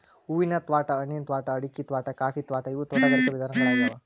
ಹೂವಿನ ತ್ವಾಟಾ, ಹಣ್ಣಿನ ತ್ವಾಟಾ, ಅಡಿಕಿ ತ್ವಾಟಾ, ಕಾಫಿ ತ್ವಾಟಾ ಇವು ತೋಟಗಾರಿಕ ವಿಧಗಳ್ಯಾಗ್ಯವು